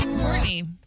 Courtney